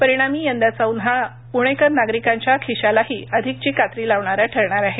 परिणामी यंदाचा उन्हाळा पुणेकर नागरिकांच्या खिशालाही अधिकची कात्री लावणारा ठरणार आहे